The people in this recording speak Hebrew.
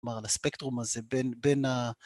כלומר, על הספקטרום הזה בין...